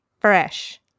fresh